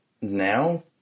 now